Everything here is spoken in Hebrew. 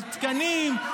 על תקנים,